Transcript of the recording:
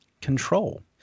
control